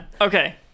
Okay